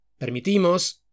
Permitimos